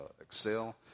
excel